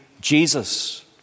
Jesus